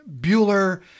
Bueller